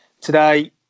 Today